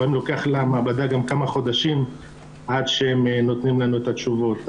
לפעמים לוקח למעבדה גם כמה חודשים עד שהם נותנים לנו את התשובות.